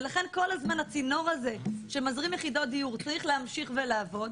ולכן כל הזמן הצינור הזה שמזרים יחידות דיור צריך להמשיך ולעבוד,